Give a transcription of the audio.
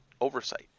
oversight